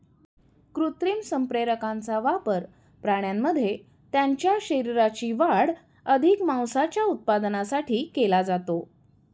कृत्रिम संप्रेरकांचा वापर प्राण्यांमध्ये त्यांच्या शरीराची वाढ अधिक मांसाच्या उत्पादनासाठी केला जातो